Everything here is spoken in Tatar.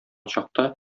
чакта